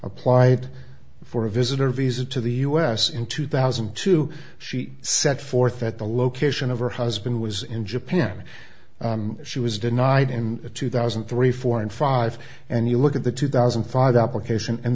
applied for a visitor visa to the u s in two thousand and two she set forth that the location of her husband was in japan she was denied in two thousand and three four and five and you look at the two thousand and five application and